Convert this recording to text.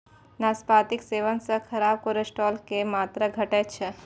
नाशपातीक सेवन सं खराब कोलेस्ट्रॉल के मात्रा घटै छै